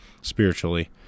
spiritually